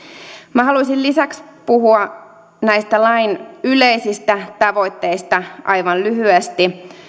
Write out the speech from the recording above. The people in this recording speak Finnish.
minä haluaisin lisäksi puhua näistä lain yleisistä tavoitteista aivan lyhyesti